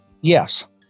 Yes